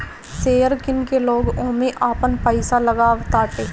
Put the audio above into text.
share किन के लोग ओमे आपन पईसा लगावताटे